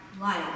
life